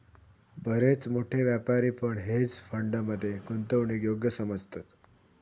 बरेच मोठे व्यापारी पण हेज फंड मध्ये गुंतवणूकीक योग्य समजतत